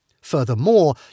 Furthermore